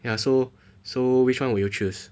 ya so so which one would you choose